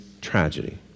tragedy